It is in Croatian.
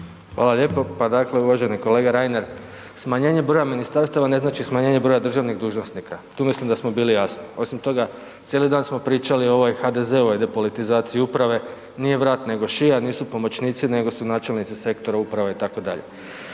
Hvala lijepo. Pa dakle uvaženi kolega Reiner. Smanjenje broja ministarstava ne znači smanjenje broja državnih dužnosnika. Tu mislim da smo bili jasni. Osim toga, cijeli dan smo pričali o ovoj HDZ-ovoj depolitizaciji uprave, nije vrat nego šija, nisu pomoćnici nego su načelnici sektora, uprave, itd.